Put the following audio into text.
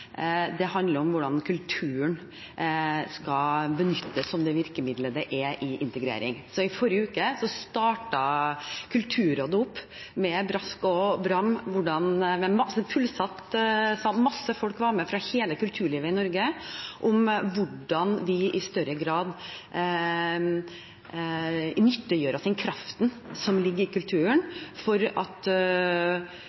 handler om hvordan kulturen skal benyttes som det virkemidlet det er i integrering. I forrige uke startet Kulturrådet opp med brask og bram – det var masse folk med fra hele kulturlivet i Norge – for å se på hvordan vi i større grad nyttiggjør oss den kraften som ligger i kulturen,